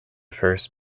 first